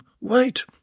Wait